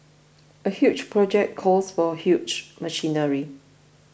a huge project calls for huge machinery